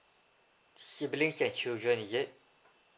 siblings and children is it